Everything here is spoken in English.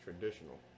Traditional